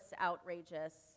outrageous